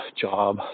job